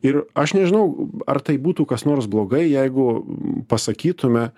ir aš nežinau ar tai būtų kas nors blogai jeigu pasakytume